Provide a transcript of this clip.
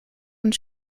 und